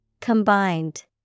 Combined